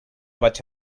vaig